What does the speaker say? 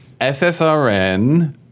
SSRN